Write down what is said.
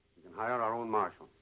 we can hire our own marshal.